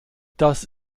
das